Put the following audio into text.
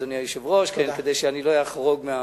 אדוני היושב-ראש, כדי שאני לא אחרוג,